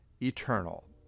eternal